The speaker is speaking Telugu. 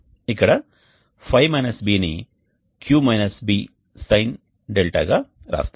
ఇక్కడ ϕ ß ని Q-B Sin 𝛿 గా రాస్తాము